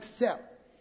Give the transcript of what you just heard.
accept